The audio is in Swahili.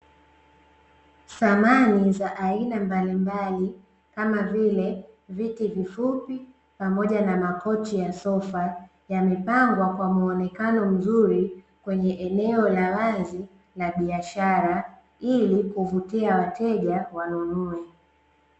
Samani za aina mbalimbali kama vile viti vifupi pamoja na makochi ya sofa, yamepangwa kwa muonekano mzuri kwenye eneo la wazi la biashara ili kuvutia wateja wanunue.